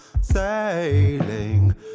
Sailing